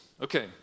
Okay